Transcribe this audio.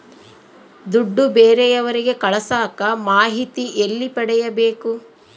ದುಡ್ಡು ಬೇರೆಯವರಿಗೆ ಕಳಸಾಕ ಮಾಹಿತಿ ಎಲ್ಲಿ ಪಡೆಯಬೇಕು?